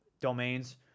domains